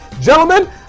Gentlemen